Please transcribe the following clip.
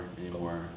anymore